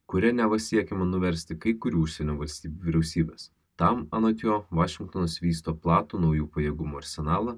kuri neva siekiama nuversti kai kurių užsienio valstybių vyriausybes tam anot jo vašingtonas vysto platų naujų pajėgumų arsenalą